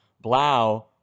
Blau